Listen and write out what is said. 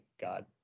God